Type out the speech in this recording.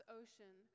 ocean